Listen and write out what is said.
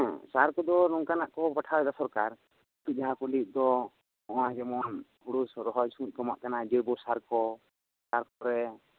ᱦᱮᱸ ᱥᱟᱨ ᱠᱚᱫ ᱱᱚᱝᱠᱟᱱᱜ ᱠᱚ ᱯᱟᱴᱷᱟᱣ ᱮᱫᱟ ᱥᱚᱨᱠᱟᱨ ᱡᱟᱦᱟ ᱠᱚ ᱱᱤᱛ ᱫᱚ ᱡᱮᱢᱚᱱ ᱦᱩᱲᱩ ᱨᱚᱦᱚᱭ ᱥᱚᱢᱚᱭ ᱠᱚ ᱮᱢᱟᱜ ᱠᱟᱱᱟ ᱡᱳᱭᱵᱳ ᱥᱟᱨ ᱠᱚ ᱛᱟᱯᱚᱨᱮ